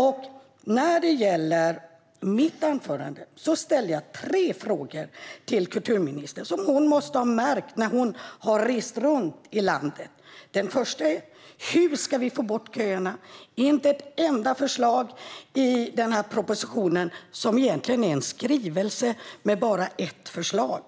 I mitt anförande ställde jag tre frågor till kulturministern om sådant hon måste ha märkt när hon har rest runt i landet. Den första frågan är: Hur ska vi få bort köerna? Det finns inte ett enda förslag om det i den här propositionen, som egentligen är en skrivelse med bara ett förslag.